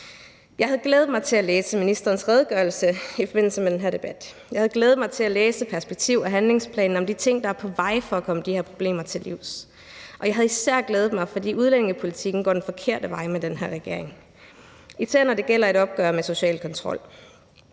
Jeg havde glædet mig til at læse ministerens redegørelse i forbindelse med den her debat. Jeg havde glædet mig til at læse perspektiv- og handlingsplanen med de ting, der er på vej for at komme de her problemer til livs, og jeg havde især glædet mig, fordi udlændingepolitikken går den forkerte vej med den her regering, især når det gælder et opgør med social kontrol.